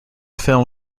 film